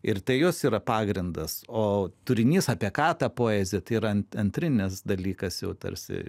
ir tai jos yra pagrindas o turinys apie ką ta poezija tai yra antrinis dalykas jau tarsi